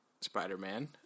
Spider-Man